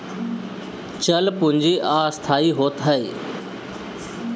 चल पूंजी अस्थाई होत हअ